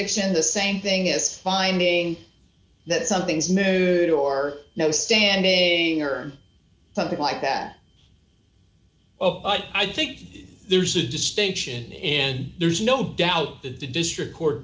n the same thing as finding that something's mood or no standing or something like that oh i think there's a distinction and there's no doubt that the district court